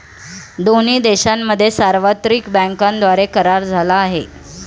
दोन्ही देशांमध्ये सार्वत्रिक बँकांद्वारे करार झाला आहे